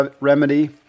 remedy